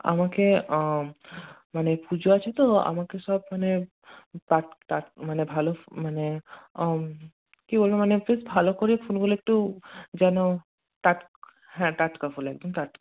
আমাকে মানে পুজো আছে তো আমাকে সব মানে টাট টাট মানে ভালো মানে কি বলবো মানে খুব ভালো করে ফুলগুলো একটু যেন টাট হ্যাঁ টাটকা ফুল একদম টাটকা